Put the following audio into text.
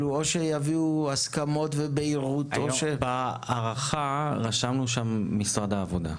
או שיביאו הסכמות ובהירות או ש --- בהארכה רשמנו משרד העבודה,